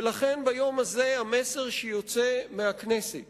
ולכן ביום הזה המסר שיוצא מהכנסת